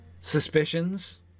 suspicions